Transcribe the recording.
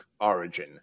origin